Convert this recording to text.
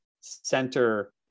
center